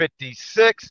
56